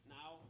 now